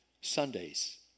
Sundays